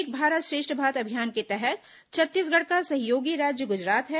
एक भारत श्रेष्ठ भारत अभियान के तहत छत्तीसगढ़ का सहयोगी राज्य गुजरात है